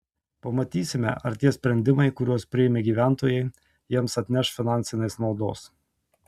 pamatysime ar tie sprendimai kuriuos priėmė gyventojai jiems atneš finansinės naudos